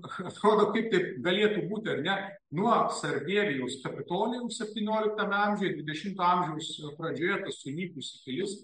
atrodo kaip taip galėtų būti ar ne nuo sarbievijaus kapitolijaus septynioliktame amžiuje dvidešimto amžiaus pradžioje ta sunykusi pilis